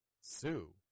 Sue